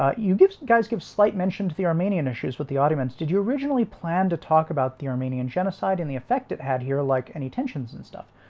ah you give guys give slight mention to the armenian issues with the audience did you originally plan to talk about the armenian genocide and the effect it had here like any tensions and stuff?